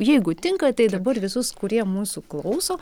jeigu tinka tai dabar visus kurie mūsų klauso